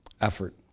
effort